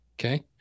okay